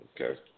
Okay